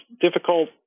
difficult